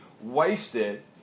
wasted